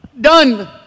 Done